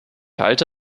halte